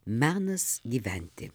menas gyventi